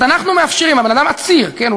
זאת אומרת, אנחנו מאפשרים, הבן-אדם עציר, כן?